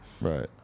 Right